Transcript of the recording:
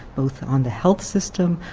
both on the health system,